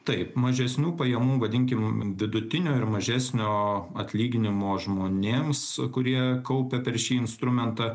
taip mažesnių pajamų vadinkim vidutinio ir mažesnio atlyginimo žmonėms kurie kaupia per šį instrumentą